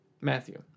Matthew